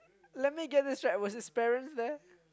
let me get this right was his parents there